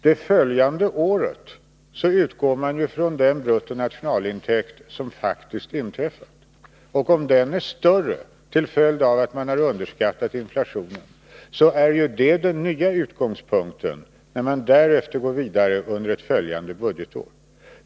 Det följande året utgår man från den bruttonationalintäkt som faktiskt har förelegat. Om den är större till följd av att man har underskattat inflationen, är detta den nya utgångspunkten när man därefter går vidare under ett följande budgetår.